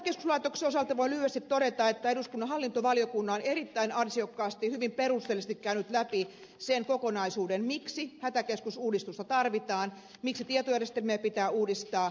hätäkeskuslaitoksen osalta voi lyhyesti todeta että eduskunnan hallintovaliokunta on erittäin ansiokkaasti hyvin perusteellisesti käynyt läpi sen kokonaisuuden miksi hätäkeskusuudistusta tarvitaan miksi tietojärjestelmiä pitää uudistaa